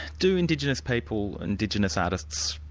do indigenous people, indigenous artists,